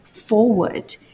forward